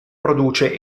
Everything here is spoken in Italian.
produce